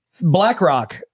BlackRock